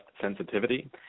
sensitivity